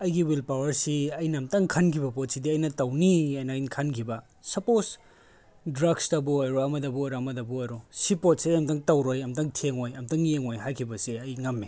ꯑꯩꯒꯤ ꯋꯤꯜ ꯄꯥꯋꯔꯁꯤ ꯑꯩꯅ ꯑꯃꯇꯪ ꯈꯟꯈꯤꯕ ꯄꯣꯠꯁꯤꯗꯤ ꯑꯩꯅ ꯇꯧꯅꯤ ꯍꯥꯏꯅ ꯑꯩꯅ ꯈꯟꯈꯤꯕ ꯁꯞꯄꯣꯁ ꯗ꯭ꯔꯛꯁꯇꯕꯨ ꯑꯣꯏꯔꯣ ꯑꯃꯗꯕꯨ ꯑꯣꯏꯔꯣ ꯑꯃꯗꯕꯨ ꯑꯣꯏꯔꯣ ꯁꯤ ꯄꯣꯠꯁꯦ ꯑꯃꯇꯪ ꯇꯧꯔꯣꯏ ꯑꯃꯇꯪ ꯊꯦꯡꯉꯣꯏ ꯑꯃꯇꯪ ꯌꯦꯡꯉꯣꯏ ꯍꯥꯏꯈꯤꯕꯁꯦ ꯑꯩ ꯉꯝꯃꯦ